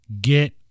get